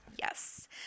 Yes